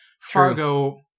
fargo